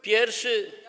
Pierwszy.